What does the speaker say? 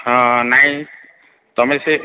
ହଁ ନାହିଁ ତମେ ସେ